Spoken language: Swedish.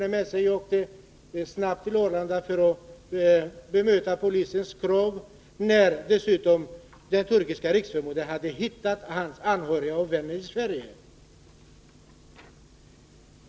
med sig och snabbt åkte till Arlanda för att bemöta polisens krav och när dessutom Turkiska riksförbundet hade hittat hans anhöriga och vänner i Sverige?